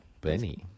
Benny